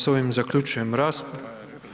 S ovim zaključujem raspravu.